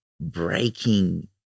breaking